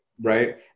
right